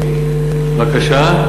בבקשה?